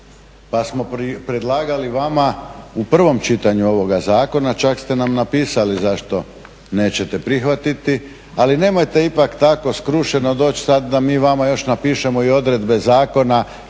pa smo predlagali vama u prvom čitanju ovoga zakona, čak ste nam napisali zašto nećete prihvatiti, ali nemojte ipak tako skrušeno doći sad da mi vama još napišemo i odredbe zakona